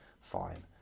fine